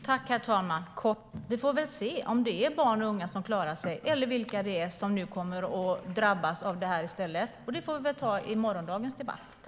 Herr talman! Jag ska också fatta mig kort. Vi får se om det är barn och unga som klarar sig och vilka det är som nu kommer att drabbas av detta i stället. Det får vi ta upp i morgondagens debatt.